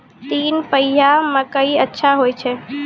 तीन पछिया मकई अच्छा होय छै?